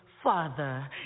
Father